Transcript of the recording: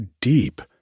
deep